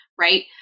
right